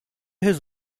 his